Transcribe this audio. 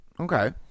okay